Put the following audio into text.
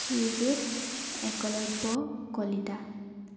Srijut Eklavya Kalita